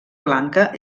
blanca